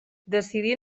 decidí